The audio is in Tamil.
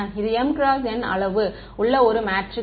இது m × n அளவு உள்ள ஒரு மேட்ரிக்ஸ்